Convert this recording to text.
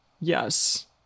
Yes